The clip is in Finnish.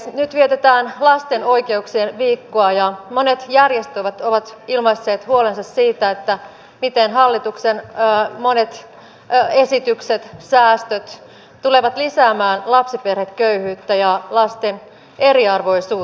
nyt vietetään lasten oikeuksien viikkoa ja monet järjestöt ovat ilmaisseet huolensa siitä miten hallituksen monet esitykset säästöt tulevat lisäämään lapsiperheköyhyyttä ja lasten eriarvoisuutta